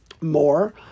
more